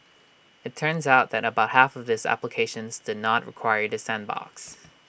IT turns out that about half of these applications did not require the sandbox